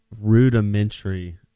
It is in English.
rudimentary